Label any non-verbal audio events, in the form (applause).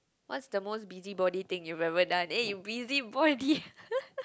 what's the most busybody thing you ever done eh you busybody (laughs)